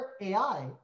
AI